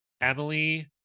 Emily